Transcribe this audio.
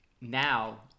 now